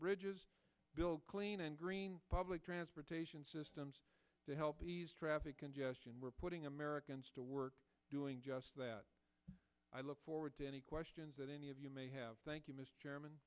bridges build clean and green public transportation systems to help ease traffic congestion we're putting americans to work doing just that i look forward to any questions that any of you may have thank you m